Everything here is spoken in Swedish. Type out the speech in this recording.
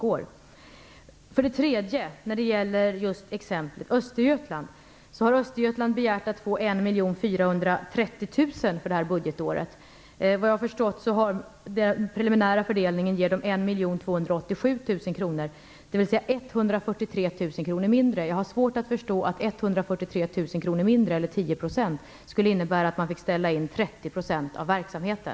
I Östergötland, som exempel, har man begärt att få 1 430 000 kronor för detta budgetår. Vad jag har förstått ger den preliminära fördelningen 1 287 000 kronor, dvs. 143 000 kr mindre. Jag har svårt att förstå att 143 000 kr mindre eller 10 % skulle innebära att man fick ställa in 30 % av verksamheten.